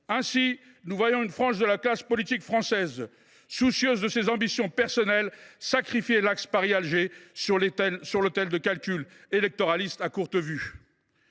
Ainsi, nous voyons une frange de la classe politique française, soucieuse de ses ambitions personnelles, sacrifier l’axe Paris Alger sur l’autel de calculs électoralistes à courte vue.